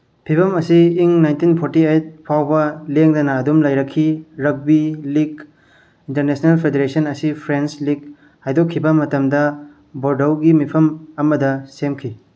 ꯐꯤꯚꯝ ꯑꯁꯤ ꯏꯪ ꯅꯥꯏꯟꯇꯤꯟ ꯐꯣꯔꯇꯤ ꯑꯩꯠ ꯐꯥꯎꯕ ꯂꯦꯡꯗꯅ ꯑꯗꯨꯝ ꯂꯩꯔꯛꯈꯤ ꯔꯛꯕꯤ ꯂꯤꯛ ꯏꯟꯇꯔꯅꯦꯁꯅꯦꯜ ꯐꯦꯗꯔꯦꯁꯟ ꯑꯁꯤ ꯐ꯭ꯔꯦꯟꯁ ꯂꯤꯛ ꯍꯥꯏꯗꯣꯛꯈꯤꯕ ꯃꯇꯝꯗ ꯕꯣꯔꯙꯧꯒꯤ ꯃꯤꯐꯝ ꯑꯃꯗ ꯁꯦꯝꯈꯤ